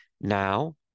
Now